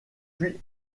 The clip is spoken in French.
puis